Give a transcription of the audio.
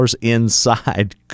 inside